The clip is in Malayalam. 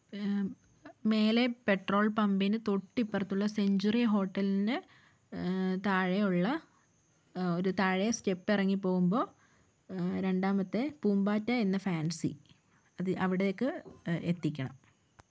മേലെ പെട്രോൾ പമ്പിന് തൊട്ട് ഇപ്പറത്തുള്ള സെഞ്ച്വറി ഹോട്ടലിന് താഴെയുള്ള ഒരു താഴെ സ്റ്റെപ് ഇറങ്ങി പോകുമ്പോൾ രണ്ടാമത്തെ പൂമ്പാറ്റ എന്ന ഫാൻസി അത് അവിടേക്ക് എത്തിക്കണം